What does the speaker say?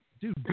Dude